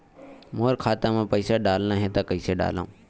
मोर खाता म पईसा डालना हे त कइसे डालव?